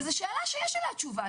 זו שאלה שיש עליה תשובה.